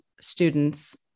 students